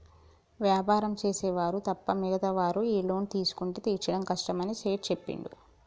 వ్యాపారం చేసే వారు తప్ప మిగతా వారు ఈ లోన్ తీసుకుంటే తీర్చడం కష్టమని సేట్ చెప్పిండు